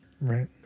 right